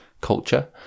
culture